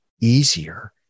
easier